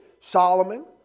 Solomon